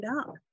up